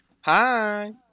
Hi